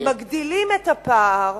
מגדילים את הפער,